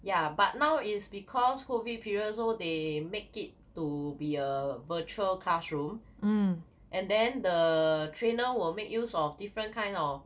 ya but now is because COVID period so they make it to be a virtual classroom and then the trainer will make use of different kinds of